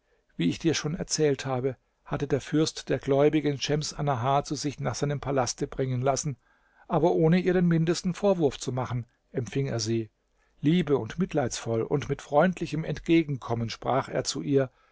wie ich dir schon erzählt habe hatte der fürst der gläubigen schems annahar zu sich nach seinem palaste bringen lassen aber ohne ihr den mindesten vorwurf zu machen empfing er sie liebe und mitleidsvoll und mit freundlichem entgegenkommen sprach er zu ihr